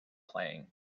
playing